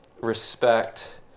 respect